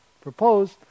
proposed